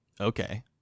Okay